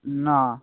না